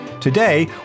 today